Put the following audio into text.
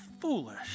foolish